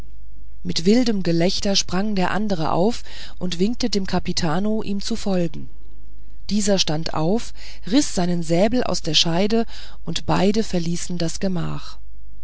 mit wildem gelächter sprang der andere auf und winkte dem kapitano ihm zu folgen dieser stand auf riß seinen säbel aus der scheide und beide verließen das gemach